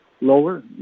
lower